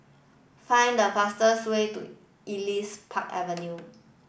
find the fastest way to Elias Park Avenue